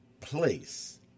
place